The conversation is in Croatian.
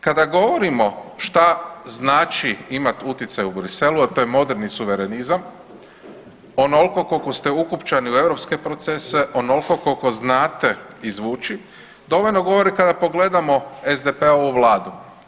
Kada govorimo šta znači imat utjecaj u Briselu, a to je moderni suverenizam, onolko kolko ste ukopčani u europske procese, onolko kolko znate izvući, dovoljno govori kada pogledamo SDP-ovu vladu.